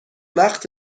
وقت